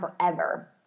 forever